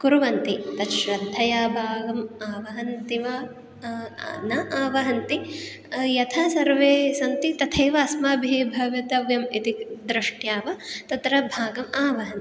कुर्वन्ति तत् श्रद्धया भागं आवहन्ति वा न आवहन्ति यथा सर्वे सन्ति तथैव अस्माभिः भवितव्यम् इति दृष्ट्या वा तत्र भागम् आवहन्ति